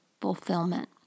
fulfillment